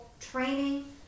training